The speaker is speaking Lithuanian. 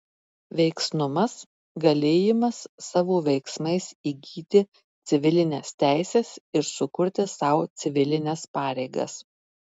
veiksnumas galėjimas savo veiksmais įgyti civilines teises ir sukurti sau civilines pareigas